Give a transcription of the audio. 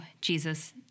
Jesus